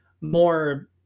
more